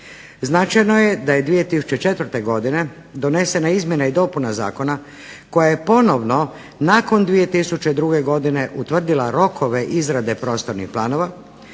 Značajno je da je 2004. godine donesena izmjena i dopuna zakona koja je ponovno nakon 2002. godine utvrdila rokove izrade prostornih planova,